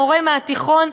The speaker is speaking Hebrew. המורה מהתיכון,